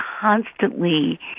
constantly